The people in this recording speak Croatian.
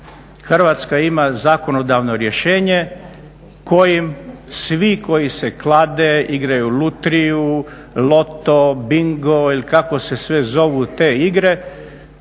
Hrvatska ima zakonodavno rješenje kojim svi koji se klade, igraju lutriju, loto, bingo ili kako se sve zovu te igre